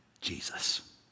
Jesus